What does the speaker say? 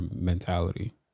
mentality